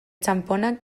txanponak